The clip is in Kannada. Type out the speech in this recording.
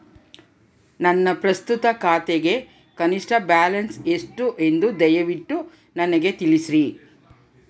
ನನ್ನ ಪ್ರಸ್ತುತ ಖಾತೆಗೆ ಕನಿಷ್ಠ ಬ್ಯಾಲೆನ್ಸ್ ಎಷ್ಟು ಎಂದು ದಯವಿಟ್ಟು ನನಗೆ ತಿಳಿಸ್ರಿ